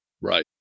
Right